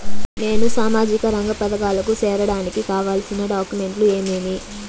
నేను సామాజిక రంగ పథకాలకు సేరడానికి కావాల్సిన డాక్యుమెంట్లు ఏమేమీ?